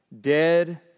dead